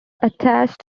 attached